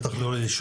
בטח לא ליישובים,